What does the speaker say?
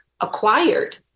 acquired